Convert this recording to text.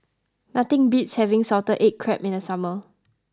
nothing beats having Salted Egg Crab in the summer